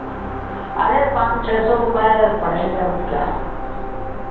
अरे पाँच छह सौ रुपये पड़ेंगे और क्या